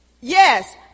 Yes